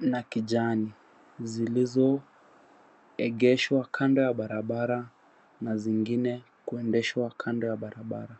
na kijani zilizoegeshwa kando ya barabara na zingine kuendeshwa kando ya barabara.